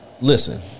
Listen